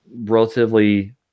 relatively